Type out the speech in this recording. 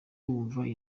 wumva